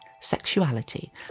sexuality